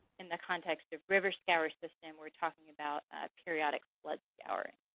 in the context of river scour system, we're talking about ah periodic flood scouring.